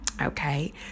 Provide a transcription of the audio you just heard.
Okay